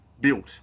built